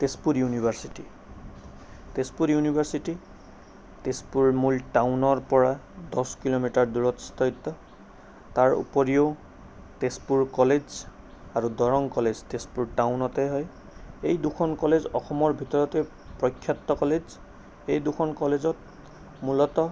Tezpur university Tezpur university Tezpur মূল টাউনৰপৰা দহ কিলোমিটাৰ দূৰত স্থাপিত তাৰ উপৰিও তেজপুৰ কলেজ আৰু দৰং কলেজ তেজপুৰ টাউনতে হয় এই দুখন কলেজ অসমৰ ভিতৰতে প্ৰখ্যাত কলেজ এই দুখন কলেজত মূলত